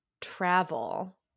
travel